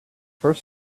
first